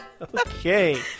Okay